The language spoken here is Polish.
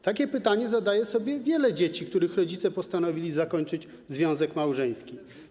Takie pytanie zadaje sobie wiele dzieci, których rodzice postanowili zakończyć związek małżeński.